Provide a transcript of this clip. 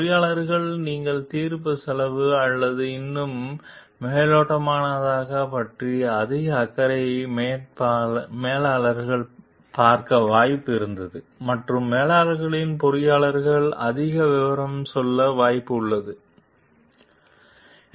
பொறியாளர்கள் தங்கள் தீர்ப்பு செலவு அல்லது இன்னும் மேலோட்டமான பற்றி அதிக அக்கறை மேலாளர்கள் பார்க்க வாய்ப்பு இருந்தது மற்றும் மேலாளர்கள் பொறியாளர்கள் அதிக விவரம் செல்ல வாய்ப்பு உள்ளது இருக்கும்